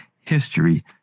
history